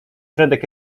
fredek